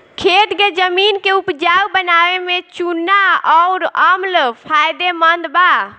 खेत के जमीन के उपजाऊ बनावे में चूना अउर अम्ल फायदेमंद बा